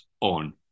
on